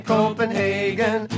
Copenhagen